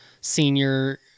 senior